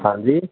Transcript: ਹਾਂਜੀ